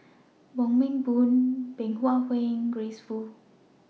Wong Meng Voon Bey Hua Heng and Grace Fu